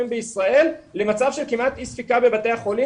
בישראל למצב של כמעט אי ספיקה בבתי החולים,